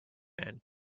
man